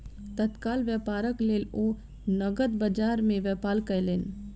तत्काल व्यापारक लेल ओ नकद बजार में व्यापार कयलैन